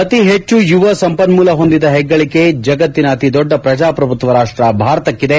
ಅತಿಹೆಚ್ಚು ಯುವ ಸಂಪನ್ನೂಲ ಹೊಂದಿದ ಹೆಗ್ಗಳಕೆ ಜಗತ್ತಿನ ಅತಿದೊಡ್ಡ ಪ್ರಜಾಪ್ರಭುತ್ವ ರಾಷ್ಷ ಭಾರತಕ್ಕಿದೆ